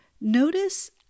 Notice